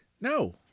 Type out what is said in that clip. No